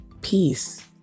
peace